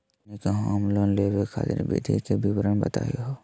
हमनी के home loan लेवे खातीर विधि के विवरण बताही हो?